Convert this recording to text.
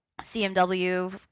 CMW